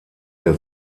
der